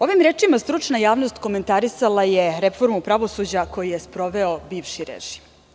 Ovim rečima stručna javnost komentarisala je reformu pravosuđa koju je sproveo bivši režim.